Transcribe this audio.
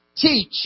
Teach